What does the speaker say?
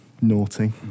naughty